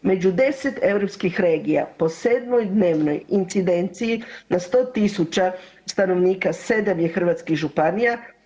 Među 10 europskih regija po sedmodnevnoj incidenciji na 100 000 stanovnika 7 je hrvatskih županija.